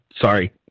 Sorry